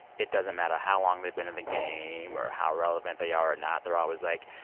it doesn't matter how long they've been in the game or how relevant they are or not, they're always like,